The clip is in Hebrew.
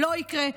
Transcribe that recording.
לא יקרה.